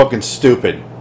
stupid